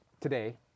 today